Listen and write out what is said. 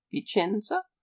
Vicenza